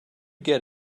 get